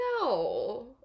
no